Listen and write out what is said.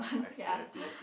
I see I see I see